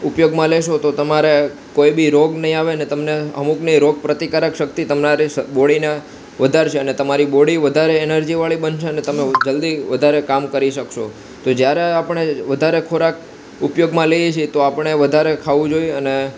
ઉપયોગમાં લેશો તો તમારે કોઇ બી રોગ નહીં આવે અને તમને અમૂકની રોગ પ્રતિકારક શક્તિ તમારી બોડીને વધારશે અને તમારી બોડી વધારે એનર્જી વાળી બનશે અને તમે જલ્દી વધારે કામ કરી શકશો તો જ્યારે આપણે વધારે ખોરાક ઉપયોગમાં લઈએ છે તો આપણે વધારે ખાવું જોઈ અને